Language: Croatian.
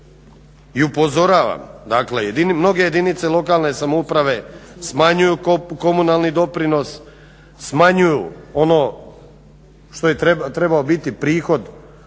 I upozoravam, dakle mnoge jedinice lokalne samouprave smanjuju komunalni doprinos, smanjuju ono što je trebao biti prihod gradskih općinskih